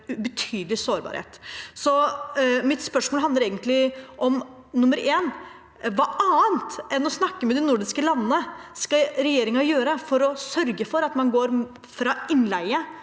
betydelig sårbarhet. Mitt spørsmål handler egentlig om hva annet enn å snakke med de nordiske landene regjeringen skal gjøre for å sørge for at man går fra innleie